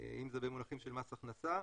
אם זה במונחים של מס הכנסה.